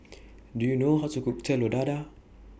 Do YOU know How to Cook Telur Dadah